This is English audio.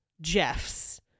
Jeffs